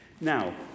Now